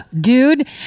dude